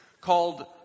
called